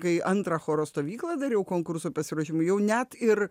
kai antrą choro stovyklą dariau konkurso pasiruošimui jau net ir